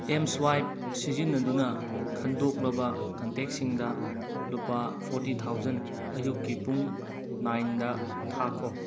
ꯑꯦꯝꯁ꯭ꯋꯥꯏꯞ ꯁꯤꯖꯤꯟꯅꯗꯨꯅ ꯈꯟꯗꯣꯛꯂꯕ ꯀꯟꯇꯦꯛꯁꯤꯡꯗ ꯂꯨꯄꯥ ꯐꯣꯔꯇꯤ ꯊꯥꯎꯖꯟ ꯑꯌꯨꯛꯀꯤ ꯄꯨꯡ ꯅꯥꯏꯟꯗ ꯊꯥꯈꯣ